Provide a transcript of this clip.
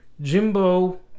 Jimbo